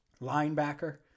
Linebacker